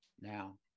now